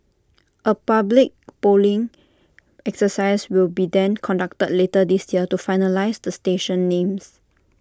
A public polling exercise will be then conducted later this year to finalise the station names